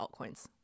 altcoins